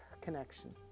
connection